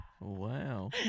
Wow